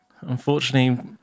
unfortunately